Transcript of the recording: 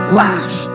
lash